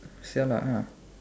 sure or not ah